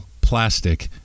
plastic